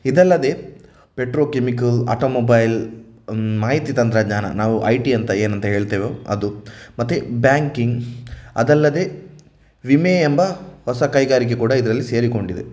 ಇದಲ್ಲದೆ petrochemical automobile ಮಾಹಿತಿ ತಂತ್ರಜ್ಞಾನ ನಾವು ಐ ಟಿ ಅಂತ ಏನಂತ ಹೇಳ್ತೇವೊ ಅದು ಮತ್ತು ಬ್ಯಾಂಕಿಂಗ್ ಅದಲ್ಲದೆ ವಿಮೆ ಎಂಬ ಹೊಸ ಕೈಗಾರಿಕೆ ಕೂಡ ಇದರಲ್ಲಿ ಸೇರಿಕೊಂಡಿದೆ